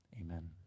Amen